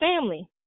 family